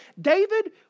David